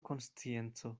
konscienco